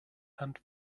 and